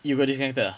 you got disconnected ah